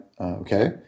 okay